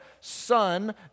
Son